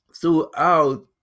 throughout